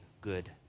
good